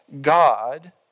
God